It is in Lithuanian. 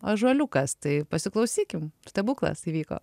ąžuoliukas tai pasiklausykime stebuklas įvyko